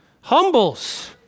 humbles